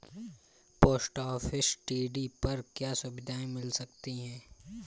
Post office TD पर क्या सुविधाएँ मिल सकती है?